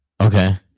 Okay